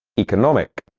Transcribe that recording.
economic